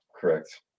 Correct